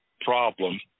problem